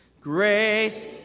grace